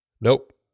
Nope